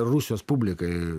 rusijos publikai